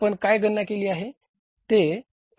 आपण काय गणना केली आहे